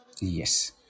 Yes